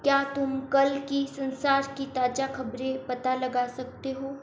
क्या तुम कल की संसार की ताज़ा ख़बरें पता लगा सकते हो